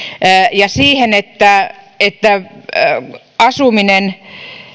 ja siihen että että asuminen